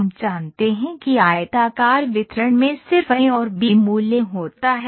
हम जानते हैं कि आयताकार वितरण में सिर्फ ए और बी मूल्य होता है